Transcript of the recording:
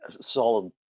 solid